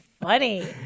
funny